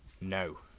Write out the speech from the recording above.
no